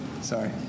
Sorry